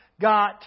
got